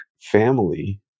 family